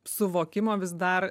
suvokimo vis dar